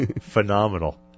phenomenal